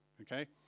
Okay